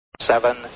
Seven